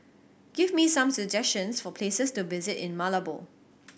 give me some suggestions for places to visit in Malabo